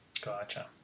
Gotcha